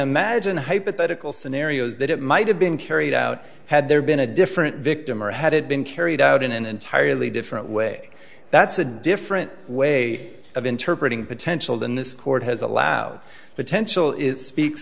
imagine hypothetical scenarios that it might have been carried out had there been a different victim or had it been carried out in an entirely different way that's a different way of interpreting potential than this court has allowed the attentional it speaks